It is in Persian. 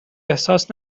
احساس